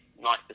nice